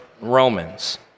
Romans